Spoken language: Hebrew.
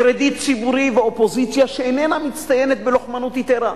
קרדיט ציבורי ואופוזיציה שאיננה מצטיינת בלוחמנות יתירה.